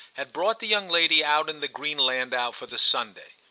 had brought the young lady out in the green landau for the sunday.